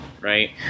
right